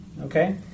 Okay